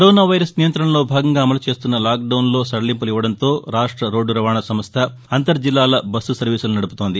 corona virus నియంతణలో భాగంగా అమలు చేస్తున్న లాక్డౌన్లో సడలింపులు ఇవ్వడంతో రాక్ష రోడ్లు రవాణా సంస్ల అంతర్ జిల్లాల బస్సు సర్వీసులను నడుపుతోంది